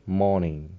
morning